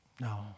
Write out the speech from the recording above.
No